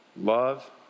Love